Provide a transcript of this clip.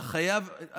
אתה חייב,